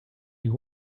you